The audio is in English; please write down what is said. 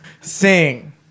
Sing